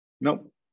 Nope